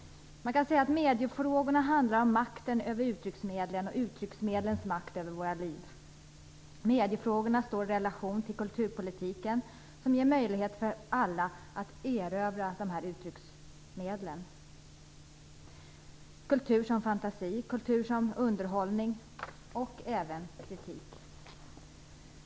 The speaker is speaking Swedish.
Man kan säga att mediefrågorna handlar om makten över uttrycksmedlen och uttrycksmedlens makt över våra liv. Mediefrågorna står i relation till kulturpolitiken, som ger möjlighet för alla att erövra de här uttrycksmedlen: kultur som fantasi, kultur som underhållning och även kritik.